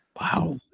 Wow